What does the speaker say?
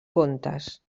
contes